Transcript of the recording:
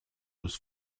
was